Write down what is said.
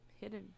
hidden